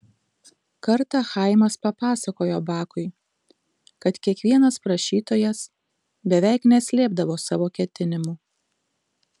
kartą chaimas papasakojo bakui kad kiekvienas prašytojas beveik neslėpdavo savo ketinimų